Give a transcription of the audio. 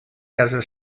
casa